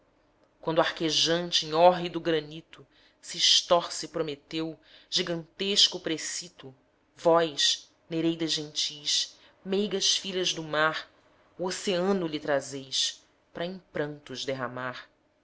quando arquejante em hórrido granito se estorce prometeu gigantesco precito vós nereidas gentis meigas filhas do mar o oceano lhe trazeis pra em prantos derramar